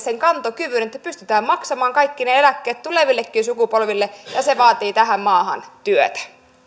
kantokyvyn että pystytään maksamaan kaikki eläkkeet tulevillekin sukupolville se vaatii tähän maahan työtä